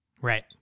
Right